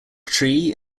tree